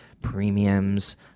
premiums